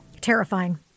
Terrifying